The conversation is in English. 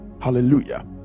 hallelujah